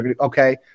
Okay